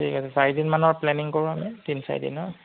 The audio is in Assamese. ঠিক আছে চাৰিদিনমানৰ প্লেনিং কৰো আমি তিনি চাৰিদিনৰ